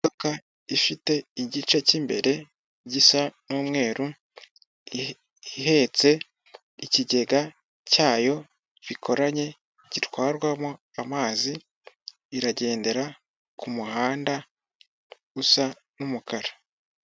Imodoka ifite igice kimbere gisa n'umweru ihetse ikigega cyayo bikoranye gitwarwamo amazi iragendera kumuhanda usa n'umukara.